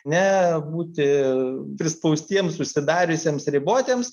ne būti prispaustiems susidariusiems ribotiems